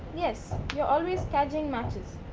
yes you are always catching matches.